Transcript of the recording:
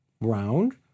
round